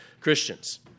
Christians